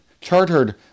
chartered